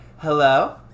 Hello